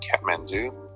Kathmandu